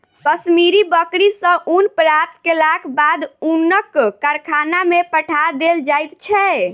कश्मीरी बकरी सॅ ऊन प्राप्त केलाक बाद ऊनक कारखाना में पठा देल जाइत छै